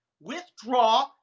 Withdraw